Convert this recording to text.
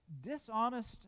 dishonest